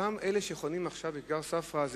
אותם אלה שחונים עכשיו בכיכר ספרא הם